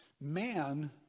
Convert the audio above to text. Man